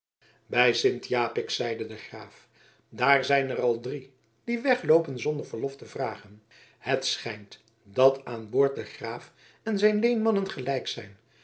bij sint japik zeide de graaf daar zijn er al drie die wegloopen zonder verlof te vragen het schijnt dat aan boord de graaf en zijn leenmannen gelijk zijn